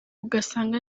ugasanga